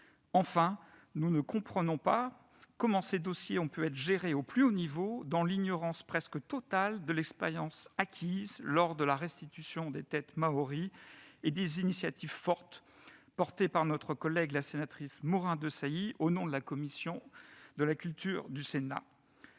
Enfin, nous ne comprenons pas comment ces dossiers ont pu, au plus haut niveau, être gérés dans l'ignorance presque totale de l'expérience acquise lors de la restitution des têtes maories et des initiatives fortes défendues par notre collègue la sénatrice Morin-Desailly, au nom de la commission de la culture du Sénat.